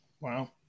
Wow